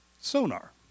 sonar